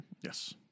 Yes